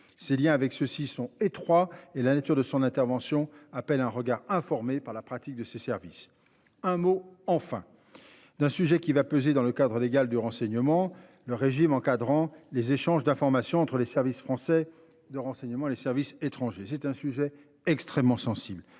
ses Liens avec ceux-ci sont étroits et la nature de son intervention à peine un regard informé par la pratique de ces services. Un mot enfin. D'un sujet qui va peser dans le cadre légal du renseignement le régime encadrant les échanges d'informations entre les services français de renseignement les services étrangers. C'est un sujet extrêmement sensible